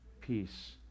peace